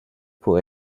pour